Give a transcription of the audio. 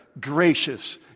gracious